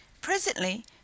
Presently